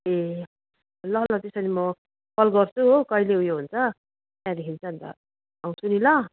ए ल ल त्यसो भने म कल गर्छु हो कहिले उयो हुन्छ त्यहाँदेखि चाहिँ अन्त आउँछु नि ल